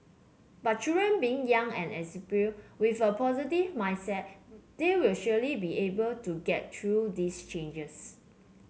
but children being young and exuberant with a positive mindset they will surely be able to get through these changes